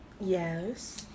Yes